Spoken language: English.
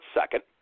second